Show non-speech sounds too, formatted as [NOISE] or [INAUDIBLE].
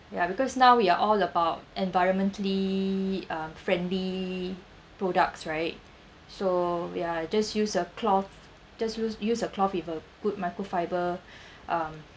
ya because now we are all about environmentally um friendly products right so ya just use a cloth just use use a cloth people put micro fiber [BREATH] um